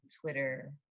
Twitter